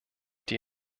die